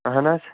اَہَن حظ